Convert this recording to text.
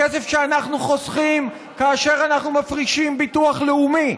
הכסף שאנחנו חוסכים כאשר אנחנו מפרישים לביטוח לאומי.